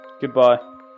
Goodbye